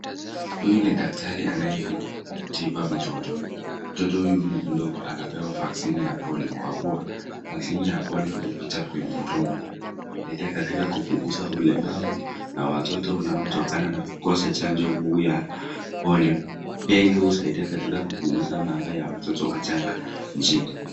Huyu ni daktari anayempea tiba mtoto. Mtoto huyu mdogo anapewa vaccine ya polio kwa kuwa vaccine ya polio hupita kwenye mdomo. Inasaidia katika kupunguza ulemavu na mtoto unaotokana na kukosa chanjo huu wa polio . Pia yeye husaidia kupunguza maafa ya watoto wachanga nchini.